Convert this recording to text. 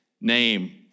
name